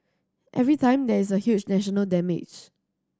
every time there is huge national damage